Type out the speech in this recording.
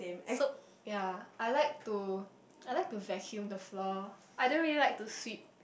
so ya I like to I like to vacuum the floor I don't really like to sweep